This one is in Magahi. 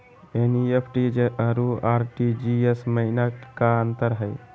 एन.ई.एफ.टी अरु आर.टी.जी.एस महिना का अंतर हई?